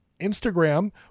Instagram